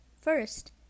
First